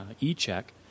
e-check